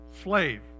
slave